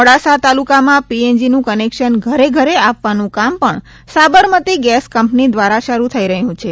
મોડાસા તાલુકામાં પીએનજીનું કનેક્શન ઘરે ઘરે આપવાનું કામ પણ સાબરમતી ગેસ કંપની દ્વારા શરૂ થઈ રહ્યું છે